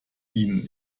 ihnen